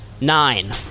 nine